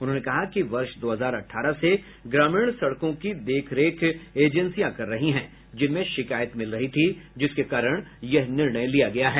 उन्होंने कहा कि वर्ष दो हजार अठारह से ग्रामीण सड़कों की देखरेख एजेंसियां कर रही हैं जिनमें शिकायत मिल रही थी जिसके कारण यह निर्णय लिया गया है